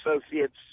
Associates